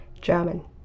German